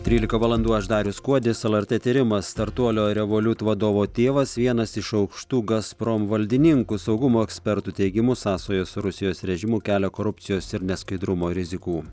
trylika valandų aš darius kuodis lrt tyrimas startuolio revoliut vadovo tėvas vienas iš aukštų gazprom valdininkų saugumo ekspertų teigimu sąsajos su rusijos režimu kelia korupcijos ir neskaidrumo rizikų